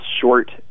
short